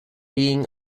being